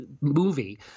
movie